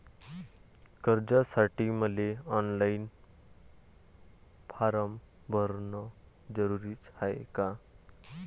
कर्जासाठी मले online form भरन जरुरीच हाय का?